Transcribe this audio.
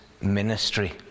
ministry